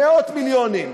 מאות מיליונים.